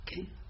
Okay